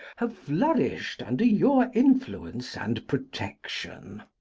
have flourished under your influence and protection.